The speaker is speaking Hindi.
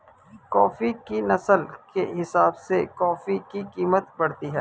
कॉफी की नस्ल के हिसाब से कॉफी की कीमत बढ़ती है